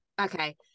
okay